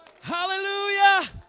hallelujah